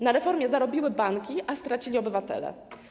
Na reformie zarobiły banki, a stracili obywatele.